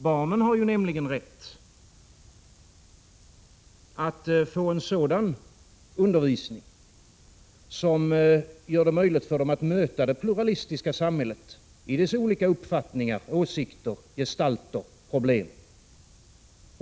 Barnen har nämligen rätt att få en sådan undervisning som gör det möjligt för dem att möta det pluralistiska samhället i dess olika uppfattningar, åsikter, gestalter och problem.